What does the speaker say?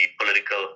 political